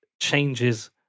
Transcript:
changes